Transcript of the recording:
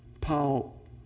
Paul